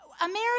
America